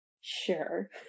sure